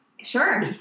Sure